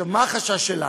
מה החשש שלנו?